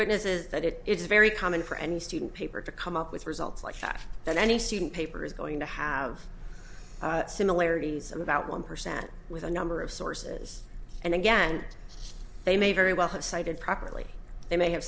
witnesses that it is very common for any student paper to come up with results like that than any student paper is going to have similarities of about one percent with a number of sources and again they may very well have cited properly they may have